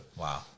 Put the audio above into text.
Wow